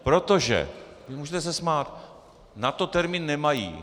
Protože můžete se smát na to termín nemají.